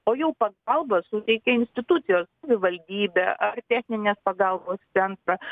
o jau pagalba suteikia institucijos savivaldybė ar techninės pagalbos centrą